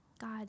God